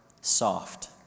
soft